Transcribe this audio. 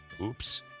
Oops